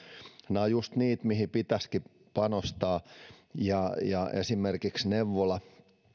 ovat just niitä mihin pitäisikin panostaa esimerkiksi